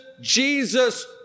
Jesus